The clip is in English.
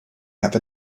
have